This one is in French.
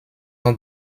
ont